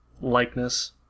likeness